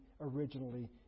originally